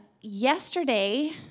Yesterday